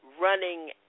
running